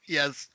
Yes